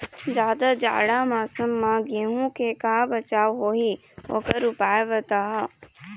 जादा जाड़ा मौसम म गेहूं के का बचाव होही ओकर उपाय बताहा?